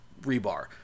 rebar